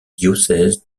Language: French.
diocèse